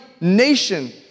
nation